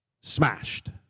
smashed